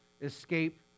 escape